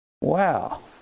Wow